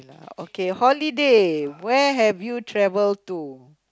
okay holiday where have you travel to